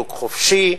שוק חופשי.